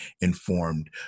informed